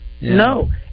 No